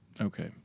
Okay